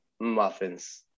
Muffins